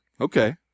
Okay